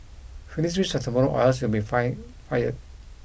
finish this tomorrow or else you'll be fire fired